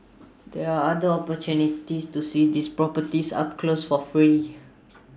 there are other opportunities to see these properties up close for free